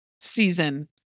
season